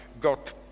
got